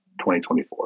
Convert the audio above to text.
2024